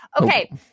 Okay